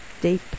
deep